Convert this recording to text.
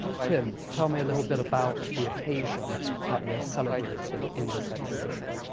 tim, tell me a little bit about the occasion that we're celebrating in this exhibition.